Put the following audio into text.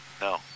No